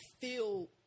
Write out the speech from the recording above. feel